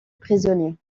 prisonnier